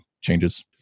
changes